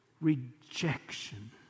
rejection